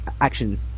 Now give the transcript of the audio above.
actions